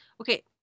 okay